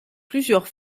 plusieurs